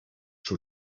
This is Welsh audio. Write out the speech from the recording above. tro